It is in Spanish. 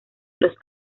los